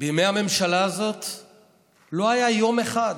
בימי הממשלה הזאת לא היה יום אחד